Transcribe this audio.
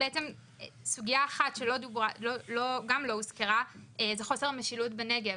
סוגיה אחת שגם לא הוזכרה זה חוסר משילות בנגב,